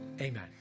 Amen